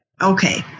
okay